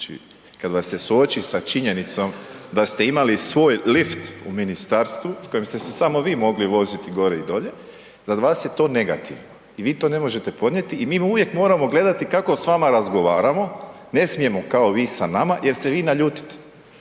znači kad vas se suoči sa činjenicom da ste imali svoj lift u ministarstvu s kojim ste se samo vi mogli voziti gore i dolje, za vas je to negativno i vi to ne možete podnijeti i mi uvijek moramo gledati kako s vama razgovaramo, ne smijemo kao vi sa nama jer se vi naljutite